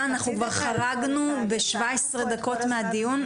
אנחנו כבר חרגנו ב-17 דקות מהדיון,